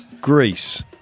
Greece